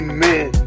Amen